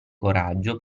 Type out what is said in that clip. coraggio